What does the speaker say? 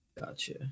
Gotcha